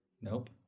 Nope